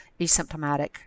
asymptomatic